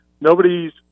nobody's